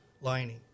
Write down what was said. lining